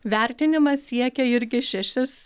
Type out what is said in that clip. vertinimas siekia irgi šešis